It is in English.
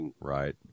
Right